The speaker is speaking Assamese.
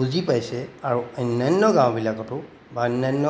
বুজি পাইছে আৰু অন্যান্য গাঁওবিলাকতো বা অন্যান্য